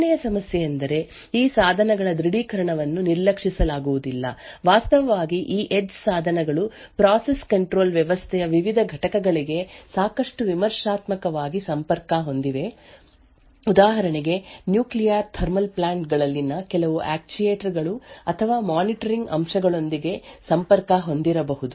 2 ನೇ ಸಮಸ್ಯೆಯೆಂದರೆ ಈ ಸಾಧನಗಳ ದೃಢೀಕರಣವನ್ನು ನಿರ್ಲಕ್ಷಿಸಲಾಗುವುದಿಲ್ಲ ವಾಸ್ತವವಾಗಿ ಈ ಎಡ್ಜ್ ಸಾಧನಗಳು ಪ್ರೋಸೆಸ್ ಕಂಟ್ರೋಲ್ ವ್ಯವಸ್ಥೆಯ ವಿವಿಧ ಘಟಕಗಳಿಗೆ ಸಾಕಷ್ಟು ವಿಮರ್ಶಾತ್ಮಕವಾಗಿ ಸಂಪರ್ಕ ಹೊಂದಿವೆ ಉದಾಹರಣೆಗೆ ನ್ಯೂಕ್ಲೀಯರ್ ಥರ್ಮಲ್ ಪ್ಲಾಂಟ್ ಗಳಲ್ಲಿನ ಕೆಲವು ಆಕ್ಚುಯೆಟರ್ ಗಳು ಅಥವಾ ಮಾನಿಟರಿಂಗ್ ಅಂಶಗಳೊಂದಿಗೆ ಸಂಪರ್ಕ ಹೊಂದಿರಬಹುದು